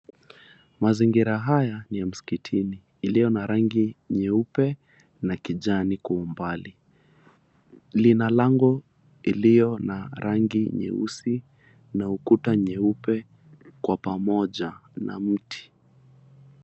Mazingira haya ni ya msikitini iliyo na rangi nyeupe na kijani kwa umbali lina lango iliyo na rangi nyeusi na ukuta nyeupe kwa pamoja na mti.